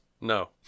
No